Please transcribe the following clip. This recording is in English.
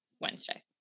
Wednesday